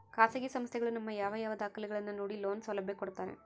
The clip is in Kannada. ಖಾಸಗಿ ಸಂಸ್ಥೆಗಳು ನಮ್ಮ ಯಾವ ಯಾವ ದಾಖಲೆಗಳನ್ನು ನೋಡಿ ಲೋನ್ ಸೌಲಭ್ಯ ಕೊಡ್ತಾರೆ?